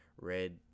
red